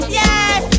yes